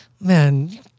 man